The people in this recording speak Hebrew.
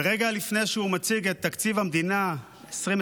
ורגע לפני שהוא מציג את תקציב המדינה 2024